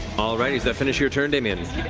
all righty, does that finish your turn, damian?